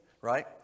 right